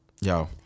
Yo